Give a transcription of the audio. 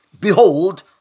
behold